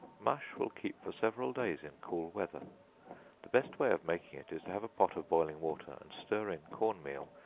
mush will keep for several days in cool weather the best way of making it is to have a pot of boiling water, and stir in corn meal,